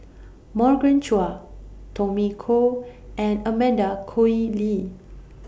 Morgan Chua Tommy Koh and Amanda Koe Lee